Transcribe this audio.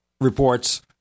reports